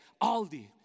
Aldi